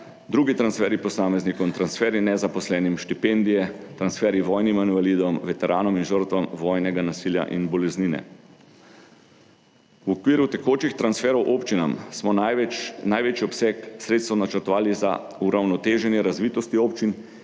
drugi transferji posameznikom, transferji nezaposlenim, štipendije, transferji vojnim invalidom, veteranom in žrtvam vojnega nasilja in boleznine. V okviru tekočih transferov občinam smo največji obseg sredstev načrtovali za uravnoteženje razvitosti občin,